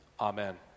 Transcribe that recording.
Amen